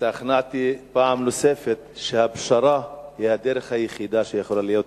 השתכנעתי פעם נוספת שהפשרה היא הדרך היחידה שיכולה להיות,